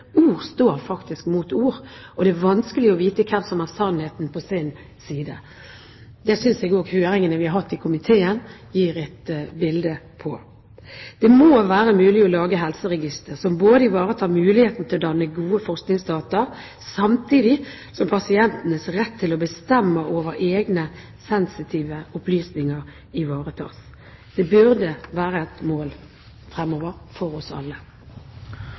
Ord står mot ord, og det er vanskelig å vite hvem som har sannheten på sin side. Det synes jeg også høringene vi har hatt i komiteen, gir et bilde av. Det må være mulig å lage helseregistre som både ivaretar muligheten til å danne gode forskningsdata og pasientenes rett til å bestemme over egne sensitive opplysninger. Det burde være et mål fremover for oss alle.